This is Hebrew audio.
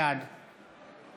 בעד